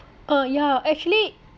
uh yeah actually